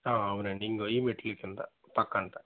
అవునండి ఇదిగో ఈ మెట్ల కింద పక్క అంతా